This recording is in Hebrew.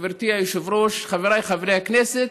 גברתי היושבת-ראש, חבריי חברי הכנסת,